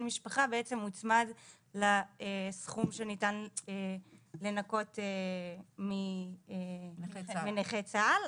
משפחה בעמם מוצמד לסכום שניתן לנקות מנכה צה"ל.